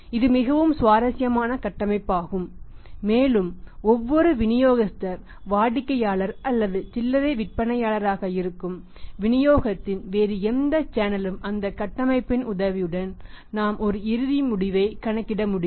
இது மிகவும் சுவாரஸ்யமான கட்டமைப்பாகும் மேலும் ஒவ்வொரு விநியோகஸ்தர் வாடிக்கையாளர் அல்லது சில்லறை விற்பனையாளராக இருக்கும் விநியோகத்தின் வேறு எந்த சேனலும் அந்த கட்டமைப்பின் உதவியுடன் நாம் ஒரு இறுதி முடிவை கணக்கிட முடியும்